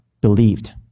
believed